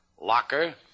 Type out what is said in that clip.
Locker